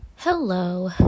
hello